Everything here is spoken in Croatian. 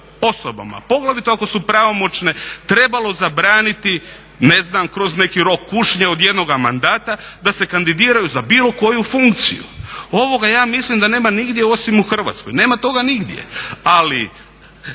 osobama, poglavito ako su pravomoćne trebalo zabraniti ne znam kroz neki rok kušnje od jednoga mandata da se kandidiraju za bilo koju funkciju. Ovoga ja mislim da nema nigdje osim u Hrvatskoj, nema toga nigdje ali